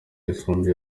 yisumbuye